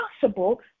possible